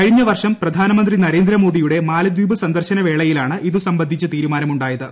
കഴിഞ്ഞ വർഷം പ്രധാനമന്ത്രി നരേന്ദ്രമോദിയുടെ മാലദ്വീപ് സന്ദർശനവേളയിലാണ് ഇത് സംബന്ധിച്ച തീരുമാനമുണ്ടായത്